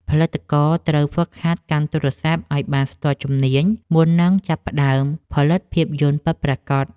ផលិតករត្រូវហ្វឹកហាត់កាន់ទូរស័ព្ទឱ្យបានស្ទាត់ជំនាញមុននឹងចាប់ផ្ដើមផលិតភាពយន្តពិតប្រាកដ។